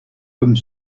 comme